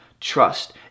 trust